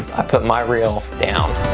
i put my reel down.